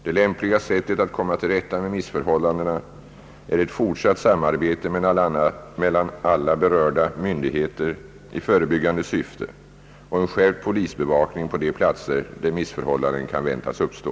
Det lämpliga sättet att komma till rätta med missförhållandena är ett fortsatt samarbete mellan alla berörda myndigheter i förebyggande syfte och en skärpt polisbevakning på de platser där missförhållanden kan väntas uppstå.